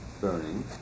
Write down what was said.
burning